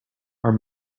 our